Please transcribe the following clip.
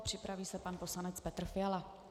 Připraví se pan poslanec Petr Fiala.